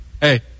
hey